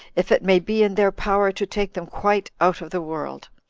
if it may be in their power to take them quite out of the world.